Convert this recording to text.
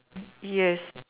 yes